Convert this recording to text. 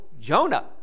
Jonah